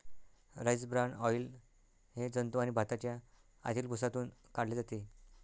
rice bran oil हे जंतू आणि भाताच्या आतील भुसातून काढले जाते